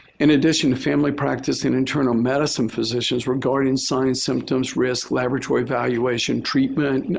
in addition to family practice and internal medicine physicians, regarding signs, symptoms, risk, laboratory evaluation, treatment,